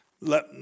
Let